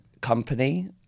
company